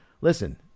Listen